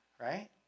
right